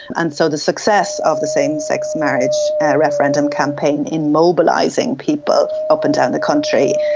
and so the success of the same-sex marriage referendum campaign in mobilising people up and down the country,